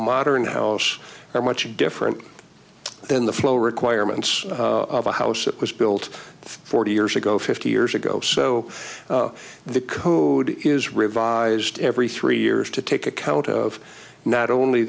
modern house are much different than the flow requirements of a house that was built forty years ago fifty years ago so the code is revised every three years to take account of not only